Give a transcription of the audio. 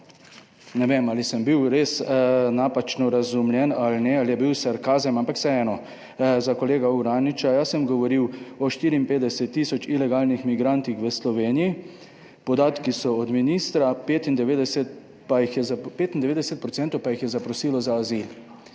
ne vem, ali sem bil res napačno razumljen ali ne, ali je bil sarkazem, ampak vseeno, za kolega Uraniča. Jaz sem govoril o 54 tisoč ilegalnih migrantih v Sloveniji. Podatki so od ministra, 95 % pa jih je zaprosilo za azil.